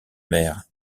maire